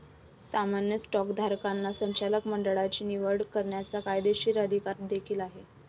सामान्य स्टॉकधारकांना संचालक मंडळाची निवड करण्याचा कायदेशीर अधिकार देखील आहे